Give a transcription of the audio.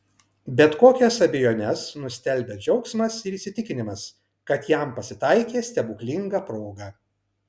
bet kokias abejones nustelbia džiaugsmas ir įsitikinimas kad jam pasitaikė stebuklinga proga